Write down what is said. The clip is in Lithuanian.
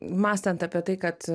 mąstant apie tai kad